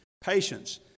patience